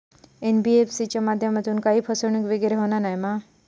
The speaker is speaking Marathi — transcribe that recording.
एन.बी.एफ.सी च्या माध्यमातून काही फसवणूक वगैरे होना नाय मा?